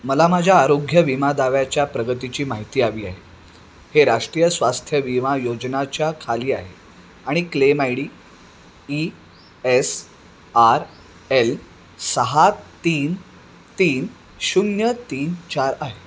मला माझ्या आरोग्य विमा दाव्याच्या प्रगतीची माहिती हवी आहे हे राष्ट्रीय स्वास्थ्य विमा योजनाच्या खाली आहे आणि claim I D E S R L सहा तीन तीन शून्य तीन चार आहे